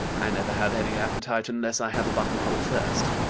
i never have any appetite unless i have a buttonhole first.